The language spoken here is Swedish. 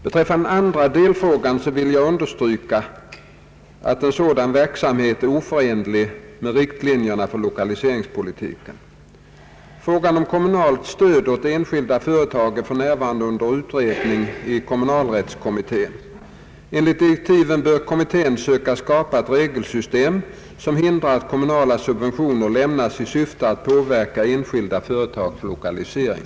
Beträffande den andra delfrågan vill jag understryka att en sådan verksamhet är oförenlig med riktlinjerna för lokaliseringspolitiken. Frågan om kommunalt stöd åt enskilda företag är f. n. under utredning i kommunalrättskommittén. Enligt direktiven bör kommit ten söka skapa ett regelsystem, som hindrar att kommunala subventioner lämnas i syfte att påverka enskilda företags lokalisering.